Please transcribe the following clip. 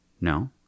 No